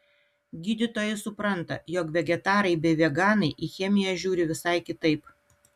gydytojai supranta jog vegetarai bei veganai į chemiją žiūri visai kitaip